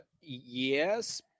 yes